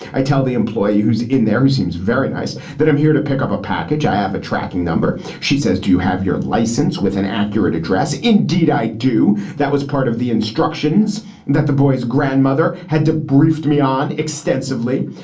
i tell the employee who's in there who seems very nice that i'm here to pick up a package. i have a tracking number. she says, do you have your license with an accurate address? indeed i do. that was part of the instructions that the boy's grandmother had debriefed me on extensively.